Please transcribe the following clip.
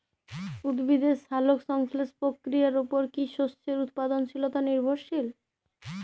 উদ্ভিদের সালোক সংশ্লেষ প্রক্রিয়ার উপর কী শস্যের উৎপাদনশীলতা নির্ভরশীল?